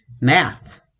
Math